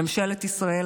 ממשלת ישראל,